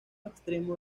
extremo